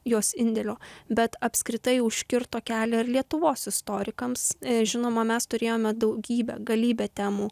jos indėlio bet apskritai užkirto kelią ir lietuvos istorikams žinoma mes turėjome daugybę galybę temų